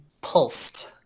pulsed